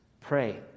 pray